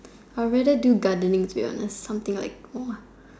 I rather do gardening to be honest something like